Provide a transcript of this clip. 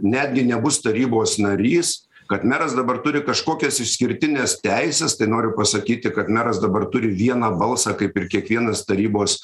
netgi nebus tarybos narys kad meras dabar turi kažkokias išskirtines teises tai noriu pasakyti kad meras dabar turi vieną balsą kaip ir kiekvienas tarybos